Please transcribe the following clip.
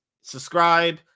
subscribe